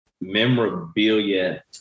memorabilia